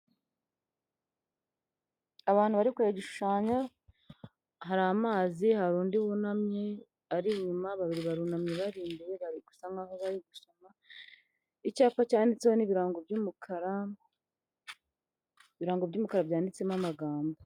Abantu bari kureba igishushanyo, hari amazi, hari undi wunamye ari inyuma, babiri barunamye bari imbere bari gusa nk'aho bari gusuka, icyapa cyanditseho n'ibirango by'umukara, ibirango by'umukara byanditsemo amagambo.